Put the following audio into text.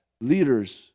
leaders